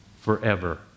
forever